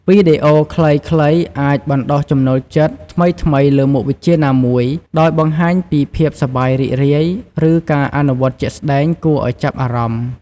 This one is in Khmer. វីដេអូខ្លីៗអាច បណ្ដុះចំណូលចិត្ត ថ្មីៗលើមុខវិជ្ជាណាមួយ ដោយបង្ហាញពីភាពសប្បាយរីករាយ ឬការអនុវត្តជាក់ស្ដែងគួរឲ្យចាប់អារម្មណ៍។